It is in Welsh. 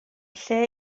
lle